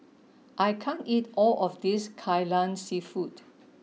I can't eat all of this Kai Lan Seafood